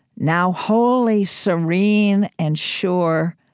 now wholly serene and sure,